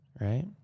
Right